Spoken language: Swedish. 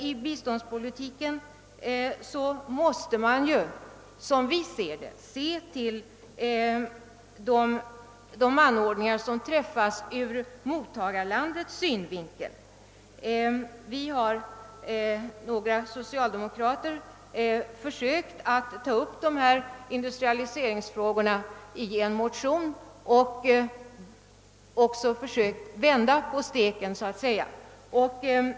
I biståndspolitiken måste man däremot, som vi ser det, se till resultatet ur mottagarlandets synvinkel. Vi har — det är några socialdemokrater — försökt att ta upp dessa industrialiseringsfrågor i en motion och också försökt att så att säga vända på steken.